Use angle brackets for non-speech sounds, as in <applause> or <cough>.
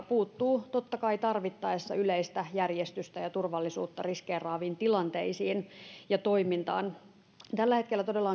ja puuttuu tarvittaessa totta kai yleistä järjestystä ja turvallisuutta riskeeraaviin tilanteisiin ja toimintaan tällä hetkellä todella <unintelligible>